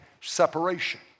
separation